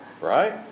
Right